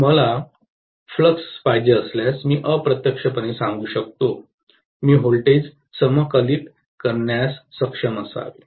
तर मला फ्लक्स पाहिजे असल्यास मी अप्रत्यक्षपणे सांगू शकतो मी व्होल्टेज समाकलित करण्यास सक्षम असावे